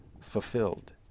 fulfilled